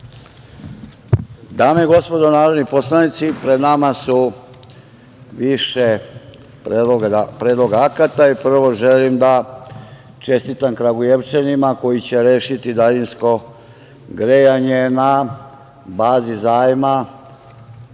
Dame i gospodo narodni poslanici, pred nama su više predloga akta. Prvo želim da čestitam Kragujevčanima koji će rešiti daljinsko grejanje na bazi zajma